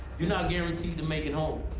you not guaranteed to make it home.